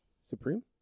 Supreme